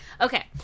okay